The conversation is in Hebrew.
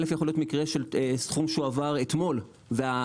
א' יכול להיות מקרה של סכום שהועבר אתמול --- לא,